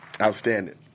Outstanding